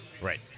Right